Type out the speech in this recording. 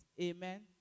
Amen